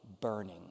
burning